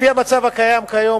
לפי המצב הקיים כיום,